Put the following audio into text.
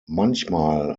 manchmal